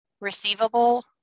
receivable